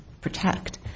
protect